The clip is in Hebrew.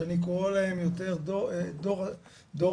ההורים השכולים שאני קורא להם יותר דור השואה,